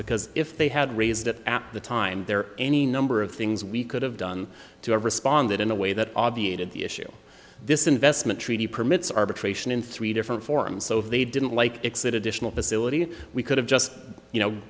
because if they had raised it at the time there are any number of things we could have done to have responded in a way that obviated the issue this investment treaty permits arbitration in three different forms so if they didn't like that additional facility we could have just you know